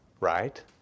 right